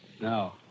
No